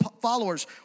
followers